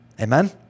Amen